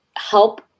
help